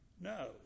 No